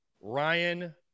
Ryan